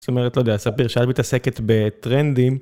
זאת אומרת, לא יודע, ספיר, שאת מתעסקת בטרנדים.